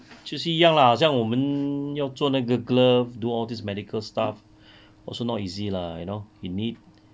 就是一样 lah 好像我们要做那个 glove do all this medical stuff also not easy lah you know you need